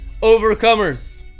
Overcomers